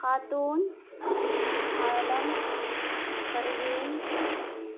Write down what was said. Khatoon Alam Parveen